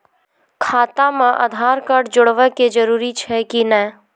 खाता म आधार कार्ड जोड़वा के जरूरी छै कि नैय?